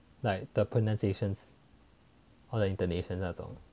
like the pronunciations or the intonation 那种